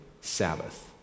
Sabbath